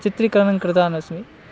चित्रीकरणं कृतवान् अस्मि